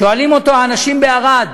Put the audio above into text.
שואלים אותו האנשים בערד,